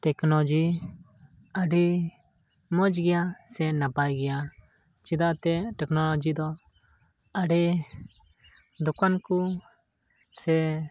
technology ᱟᱹᱰᱤ ᱢᱚᱡᱽ ᱜᱮᱭᱟ ᱥᱮ ᱱᱟᱯᱟᱭ ᱜᱮᱭᱟ ᱪᱮᱫᱟᱜ ᱛᱮ ᱴᱮᱠᱱᱳᱞᱳᱡᱤ ᱫᱚ ᱟᱹᱰᱤ ᱫᱚᱠᱟᱱ ᱠᱚ ᱥᱮ